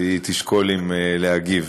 והיא תשקול אם להגיב,